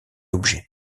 objets